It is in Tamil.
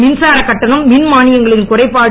மின்சார கட்டணம் மின்மானிகளின் குறைபாடு